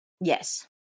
Yes